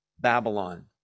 Babylon